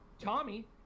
Tommy